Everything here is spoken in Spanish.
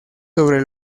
sobre